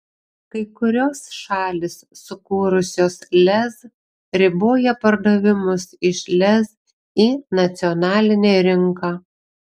kai kurios šalys sukūrusios lez riboja pardavimus iš lez į nacionalinę rinką